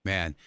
Man